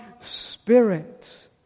spirit